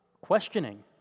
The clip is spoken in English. questioning